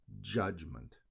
judgment